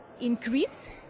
increase